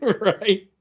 right